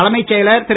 தலைமைச் செயலர் திரு